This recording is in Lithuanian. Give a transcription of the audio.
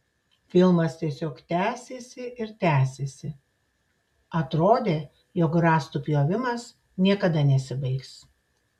filmas tiesiog tęsėsi ir tęsėsi atrodė jog rąstų pjovimas niekada nesibaigs